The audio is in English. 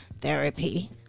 therapy